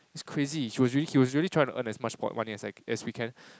it's crazy he was he was really tryna earn as much money as he can